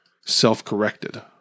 self-corrected